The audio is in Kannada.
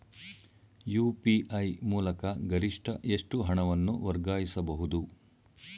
ಯು.ಪಿ.ಐ ಮೂಲಕ ಗರಿಷ್ಠ ಎಷ್ಟು ಹಣವನ್ನು ವರ್ಗಾಯಿಸಬಹುದು?